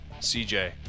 CJ